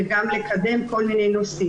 וגם לקדם כל מיני נושאים.